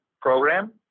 program